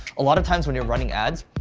a lot of times when you're running ads,